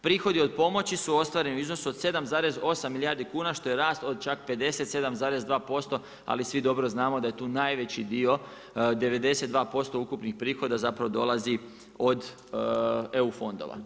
Prihodi od pomoći su ostvareni u iznosu od 7,8 milijardi kuna, što je rast od čak 57,2% ali svi dobro znamo, da je tu najveći dio, 92% ukupnih prihoda, zapravo dolazi od EU fondova.